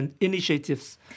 initiatives